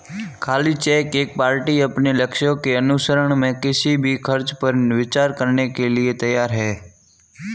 खाली चेक एक पार्टी अपने लक्ष्यों के अनुसरण में किसी भी खर्च पर विचार करने के लिए तैयार है